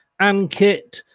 Ankit